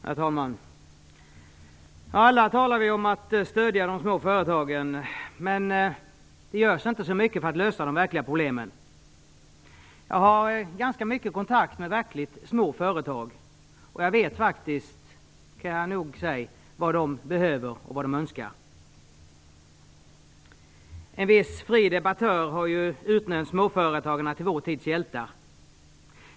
Herr talman! Alla talar vi om att stödja de små företagen, men det görs inte så mycket för att lösa de verkliga problemen. Jag har ganska mycket kontakt med verkligt små företag, och jag vet, kan jag nog säga, vad de behöver och önskar. En viss fri debattör har utnämnt småföretagarna till vår tids hjältar.